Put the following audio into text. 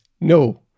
No